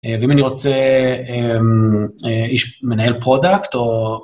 אה, ואם אני רוצה, אמ... א-איש-מנהל פרודקט או...